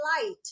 light